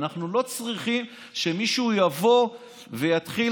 אנחנו לא צריכים שמישהו יבוא ויתחיל